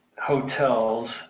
hotels